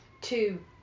two